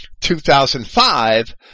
2005